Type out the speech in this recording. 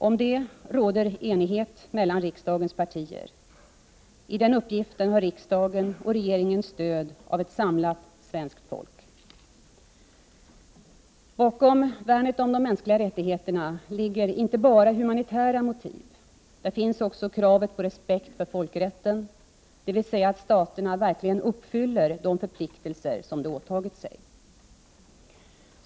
Om det råder enighet mellan riksdagens partier. I den uppgiften har riksdagen och regeringen stöd från ett samlat svenskt folk. Bakom värnet om de mänskliga rättigheterna ligger inte bara humanitära motiv. Där finns också kravet på respekt för folkrätten, dvs. att staterna verkligen uppfyller de förpliktelser som de har åtagit sig.